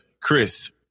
Chris